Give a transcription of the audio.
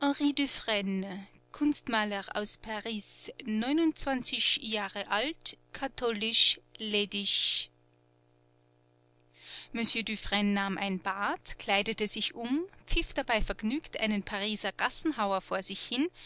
dufresne kunstmaler aus paris jahre alt katholisch ledig monsieur dufresne nahm ein bad kleidete sich um pfiff dabei vergnügt einen pariser gassenhauer vor sich hin